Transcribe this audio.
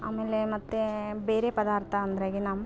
ಆಮೇಲೆ ಮತ್ತು ಬೇರೆ ಪದಾರ್ಥ ಅಂದ್ರೆಗಿನ